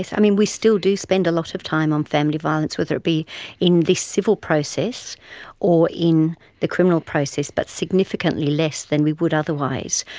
yeah i mean, we still do spend a lot of time on family violence, whether it be in this civil process or in the criminal process, but significantly less than we would otherwise.